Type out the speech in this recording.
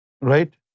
Right